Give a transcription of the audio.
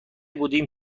بودیم